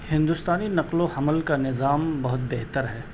ہندوستانی نقل و حمل کا نظام بہت بہتر ہے